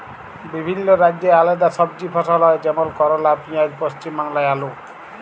বিভিল্য রাজ্যে আলেদা সবজি ফসল হ্যয় যেমল করলা, পিয়াঁজ, পশ্চিম বাংলায় আলু